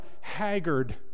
haggard